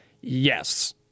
Yes